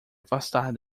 afastar